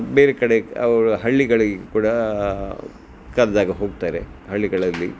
ಬೇರೆ ಕಡೆ ಅವರು ಹಳ್ಳಿಗಳಿಗೆ ಕೂಡ ಕರೆದಾಗ ಹೋಗ್ತಾರೆ ಹಳ್ಳಿಗಳಲ್ಲಿ